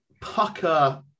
pucker